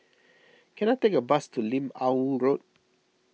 can I take a bus to Lim Ah Woo Road